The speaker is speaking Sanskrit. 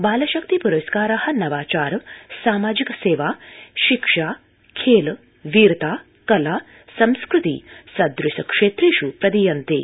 बाल शक्ति प्रस्कारा नवाचार सामाजिक सेवा शिक्षा खेल वीरता कला संस्कृति सदृश क्षेत्रेष् प्रदीयन्ते